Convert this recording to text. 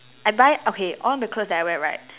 I buy okay all the clothes that I wear right